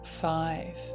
Five